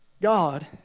God